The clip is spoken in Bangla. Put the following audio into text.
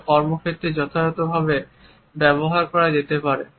যা কর্মক্ষেত্রে যথাযথভাবে ব্যবহার করা যেতে পারে